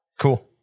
Cool